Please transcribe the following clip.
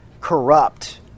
corrupt